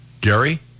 Gary